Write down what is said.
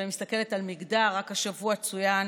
כשאני מסתכלת על מגדר, רק השבוע צוין